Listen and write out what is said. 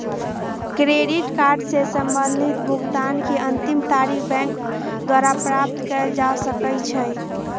credit card से संबंधित भुगतान के अंतिम तारिख बैंक द्वारा प्राप्त कयल जा सकइ छइ